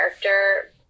character